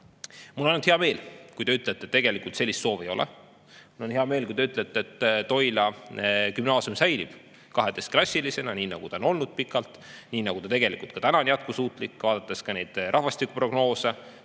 Mul on ainult hea meel, kui te ütlete, et tegelikult sellist soovi ei ole. Mul on hea meel, kui te ütlete, et Toila Gümnaasium säilib 12‑klassilisena, nii nagu ta on olnud pikalt, nii nagu ta ka täna on jätkusuutlik. Kui vaadata rahvastikuprognoose,